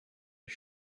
his